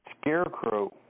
Scarecrow